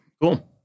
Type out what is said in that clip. Cool